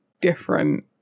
different